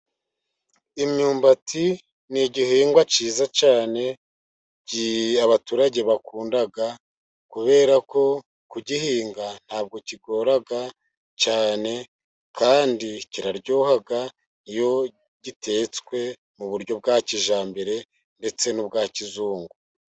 Imyumbati ni igihingwa cyiza cyane abaturage bakunda, kubera ko kugihinga ntabwo kigora cyane, kandi kiraryoha, iyo gitetswe mu buryo bwa kijyambere ndetse n'ubwa kizungu.